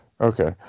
okay